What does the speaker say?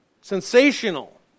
Sensational